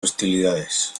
hostilidades